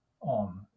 on